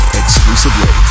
exclusively